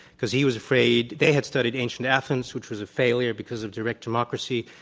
because he was afraid they had studied ancient athens which was a failure because of direct democracy.